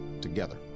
together